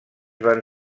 van